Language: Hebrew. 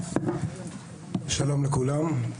שלום לכולם.